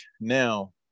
now